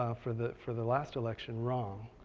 ah for the for the last election wrong.